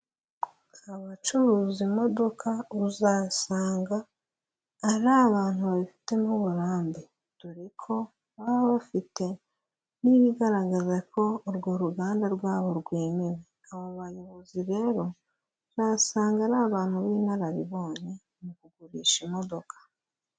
Abacuruza imodoka uzasanga ari abantu babifitemo uburambe dore ko baba bafite n'ibigaragaza ko urwo ruganda rwabo rwemewe. Aba bayobozi rero uzasanga ari abantu b'inararibonye mu kugurisha imodoka.